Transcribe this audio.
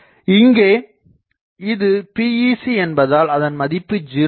இங்கே இது PEC என்பதால் அதன் மதிப்பு 0 ஆகும